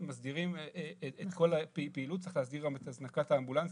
כשמסדירים את כל הפעילות צריך להסדיר גם את הזנקת האמבולנסים,